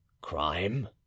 crime